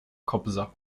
kobza